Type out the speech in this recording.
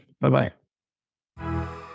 Bye-bye